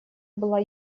была